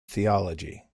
theology